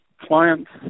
Clients